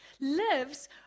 lives